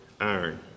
iron